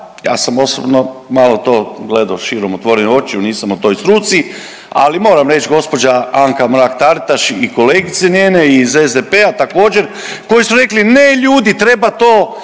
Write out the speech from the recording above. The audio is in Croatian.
ja sam osobno malo to gledao širom otvorenih očiju nisam u toj struci, ali moram reći gospođa Anka Mrak Taritaš i kolegice njene i iz SDP-a također koji su rekli ne ljudi treba to